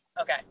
Okay